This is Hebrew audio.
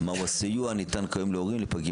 מה הוא הסיוע הניתן כיום להורים לפגים